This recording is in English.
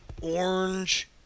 orange